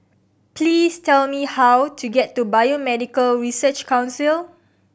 please tell me how to get to Biomedical Research Council